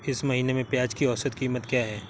इस महीने में प्याज की औसत कीमत क्या है?